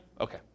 Okay